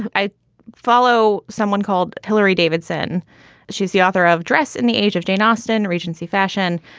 i follow someone called hilary davidson she's the author of dress in the age of jane austen regency fashion.